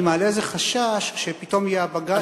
אני מעלה איזה חשש שפתאום יהיה הבג"ץ,